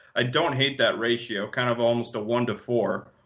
i don't hate that ratio, kind of almost a one to four,